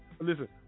listen